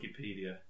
Wikipedia